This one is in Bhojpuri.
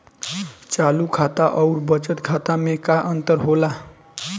चालू खाता अउर बचत खाता मे का अंतर होला?